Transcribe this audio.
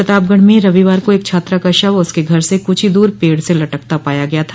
प्रतापगढ़ म रविवार को एक छात्रा का शव उसके घर से कुछ ही दूर पर पेड़ से लटकता पाया गया था